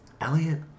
Elliot